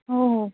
हो हो